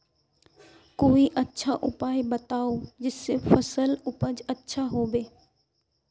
कोई अच्छा उपाय बताऊं जिससे फसल उपज अच्छा होबे